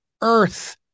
Earth